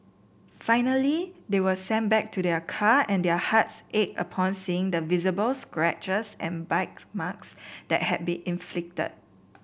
finally they were sent back to their car and their hearts ached upon seeing the visible scratches and bite marks that had been inflicted